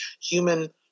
human